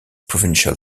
provincial